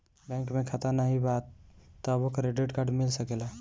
Bank में खाता नाही बा तबो क्रेडिट कार्ड मिल सकेला?